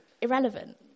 Irrelevant